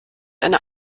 eine